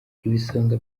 ibisonga